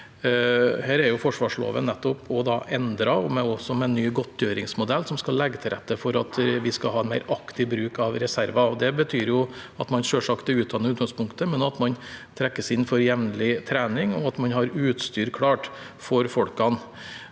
forsvarsloven nettopp endret, også med en ny godtgjøringsmodell, som skal legge til rette for at vi skal ha en mer aktiv bruk av reserver. Det betyr at man selvsagt er utdannet i utgangspunktet, men at man trekkes inn for jevnlig trening, og at man har utstyr klart for folkene.